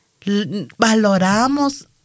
valoramos